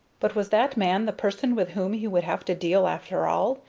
but was that man the person with whom he would have to deal, after all?